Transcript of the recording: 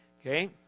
Okay